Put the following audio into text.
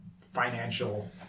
financial